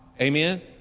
Amen